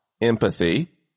empathy